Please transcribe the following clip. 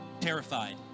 terrified